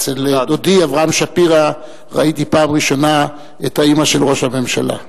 אצל דודי אברהם שפירא ראיתי בפעם הראשונה את האמא של ראש הממשלה.